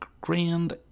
grand